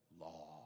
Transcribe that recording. law